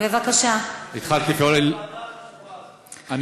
אפשר לברך את